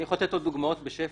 אני יכול לתת עוד דוגמאות בשפע: